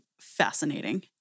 fascinating